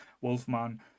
Wolfman